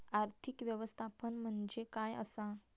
आर्थिक व्यवस्थापन म्हणजे काय असा?